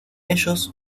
ellos